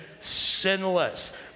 sinless